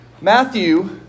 Matthew